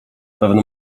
pewno